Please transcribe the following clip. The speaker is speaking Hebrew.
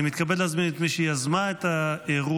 אני מתכבד להזמין את מי שיזמה את האירוע,